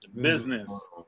Business